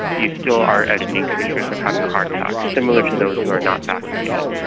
you still are at an increased risk of having a heart attack, similar to those who are not vaccinated.